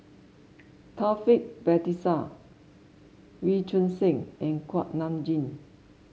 Taufik Batisah Wee Choon Seng and Kuak Nam Jin